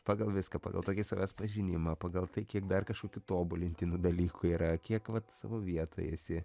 pagal viską pagal tokį savęs pažinimą pagal tai kiek dar kažkokių tobulintinų dalykų yra kiek vat savo vietoj esi